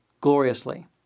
gloriously